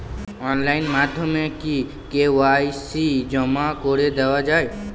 Online মাধ্যমে কি KYC জমা করে দেওয়া য়ায়?